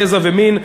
גזע ומין,